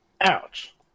Ouch